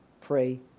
pray